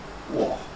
!wah!